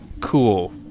cool